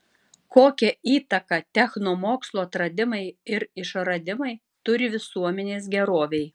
kokią įtaką technomokslo atradimai ir išradimai turi visuomenės gerovei